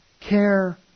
care